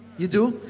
you do?